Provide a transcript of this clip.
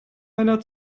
einer